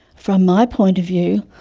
from my point of view,